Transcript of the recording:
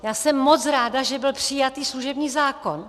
Já jsem moc ráda, že byl přijatý služební zákon.